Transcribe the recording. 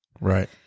Right